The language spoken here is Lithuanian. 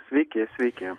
sveiki sveiki